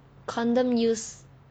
condom use